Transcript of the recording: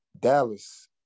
Dallas